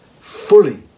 fully